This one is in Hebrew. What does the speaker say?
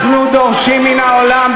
אנחנו דורשים מן העולם,